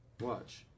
Watch